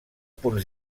punts